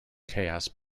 chaos